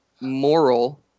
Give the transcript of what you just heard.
moral